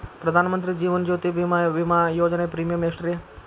ಪ್ರಧಾನ ಮಂತ್ರಿ ಜೇವನ ಜ್ಯೋತಿ ಭೇಮಾ, ವಿಮಾ ಯೋಜನೆ ಪ್ರೇಮಿಯಂ ಎಷ್ಟ್ರಿ?